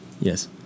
yes